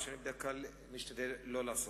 מה שאני בדרך כלל משתדל לא לעשות.